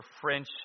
French